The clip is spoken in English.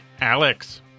Alex